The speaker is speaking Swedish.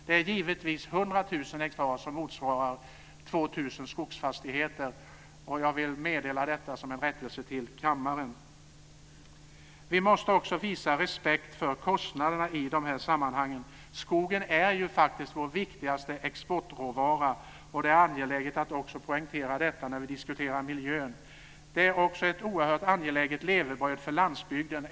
Det är givetvis 100 000 hektar som motsvarar 2 000 skogsfastigheter, och jag vill meddela detta som en rättelse till kammaren. Vi måste också visa respekt för kostnaderna i de här sammanhangen. Skogen är ju faktiskt vår viktigaste exportråvara, och det är angeläget att också poängtera detta när vi diskuterar miljön. Det är också ett oerhört angeläget levebröd för landsbygden.